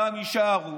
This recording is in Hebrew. גם יישארו,